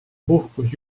puhkus